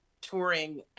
touring